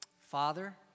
Father